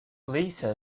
lisa